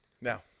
Now